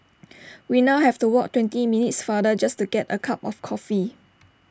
we now have to walk twenty minutes farther just to get A cup of coffee